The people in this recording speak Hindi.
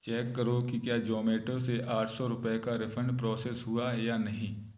चेक करो की क्या ज़ोमैटो से आठ सौ रुपये का रिफ़ंड प्रोसेस हुआ है या नहीं